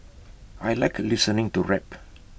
I Like listening to rap